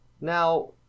Now